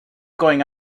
going